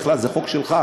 בכלל, זה חוק שלך,